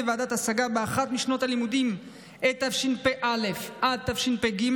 ועדת השגה באחת משנות הלימודים התשפ"א עד התשפ"ג,